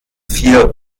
vier